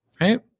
right